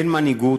אין מנהיגות,